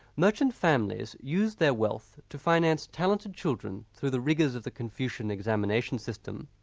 merchant families used their wealth to finance talented children through the rigours of the confucian examination system,